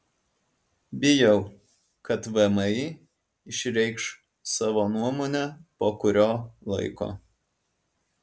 bijau kad vmi išreikš savo nuomonę po kurio laiko